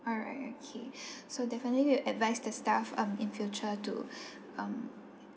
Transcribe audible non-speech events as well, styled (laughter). alright okay (breath) so definitely we'll advise the staff um in future to (breath) um